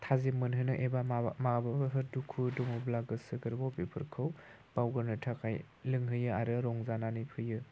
थाजिम मोनहोनो एबा माबाफोर दुखु दङब्ला गोसो गोरबोआव बेफोरखौ बावगारनो थाखाय लोंहैयो आरो रंजानानै फैयो